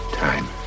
time